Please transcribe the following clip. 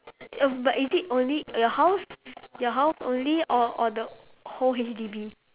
oh but is it only your house your house only or or the whole H_D_B